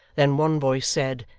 then one voice said,